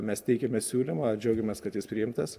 mes teikiame siūlymą ir džiaugiamės kad jis priimtas